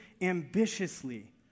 ambitiously